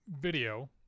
video